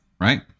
right